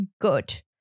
good